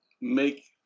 make